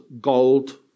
gold